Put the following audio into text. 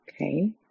Okay